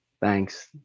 Thanks